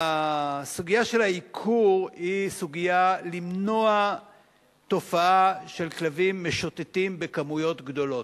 סוגיית העיקור היא למנוע תופעה של כלבים משוטטים בכמויות גדולות,